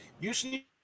usually